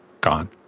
gone